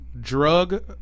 drug